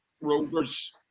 Rovers